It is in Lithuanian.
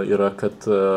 yra kad